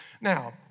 Now